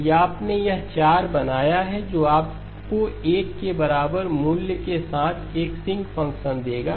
यदि आपने यह 4 बनाया है जो आपको 1 के बराबर मूल्य के साथ एक sinc फ़ंक्शन देगा